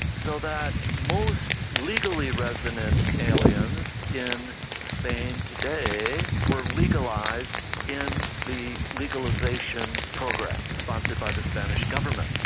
so that most legally resident aliens in spain today, were legalised in the legalisation program, sponsored by the spanish government.